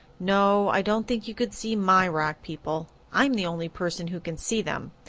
no, i don't think you could see my rock people. i'm the only person who can see them.